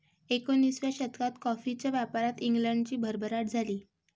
एकोणिसाव्या शतकात कॉफीच्या व्यापारात इंग्लंडची भरभराट झाली